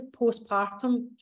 postpartum